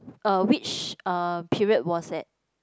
uh which uh period was that